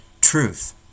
truth